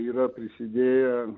yra prisidėję